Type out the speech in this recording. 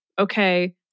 okay